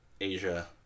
Asia